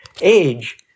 age